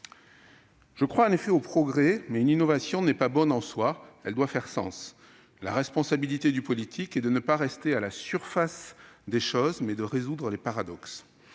Je crois au progrès, mais une innovation n'est pas bonne en soi ; elle doit faire sens. La responsabilité du politique est de ne pas rester à la surface des choses : elle est de résoudre les paradoxes